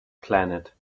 planet